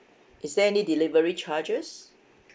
is there any delivery charges